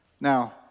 Now